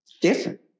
Different